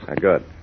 Good